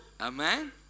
Amen